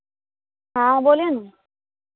हाँ बोलिए ना